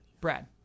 Brad